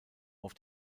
auf